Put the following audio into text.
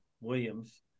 Williams